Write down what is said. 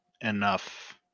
enough